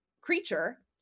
creature